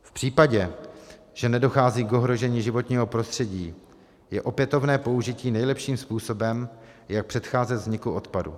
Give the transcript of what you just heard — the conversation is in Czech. V případě, že nedochází k ohrožení životního prostředí, je opětovné použití nejlepším způsobem, jak předcházet vzniku odpadu.